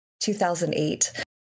2008